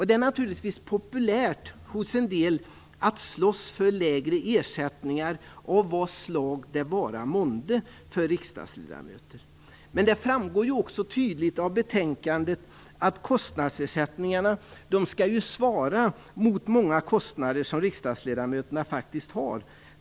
Det är naturligtvis populärt hos en del att slåss för lägre ersättningar för riksdagsledamöter av vad slag det vara månde. Men det framgår tydligt av betänkandet att kostnadsersättningarna skall svara mot många kostnader som riksdagsledamöterna faktiskt har.